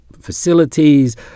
facilities